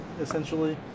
essentially